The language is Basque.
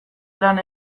lan